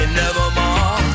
nevermore